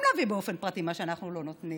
להביא באופן פרטי מה שאנחנו לא נותנים.